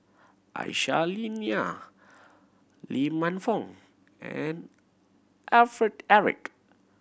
Aisyah Lyana Lee Man Fong and Alfred Eric